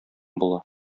була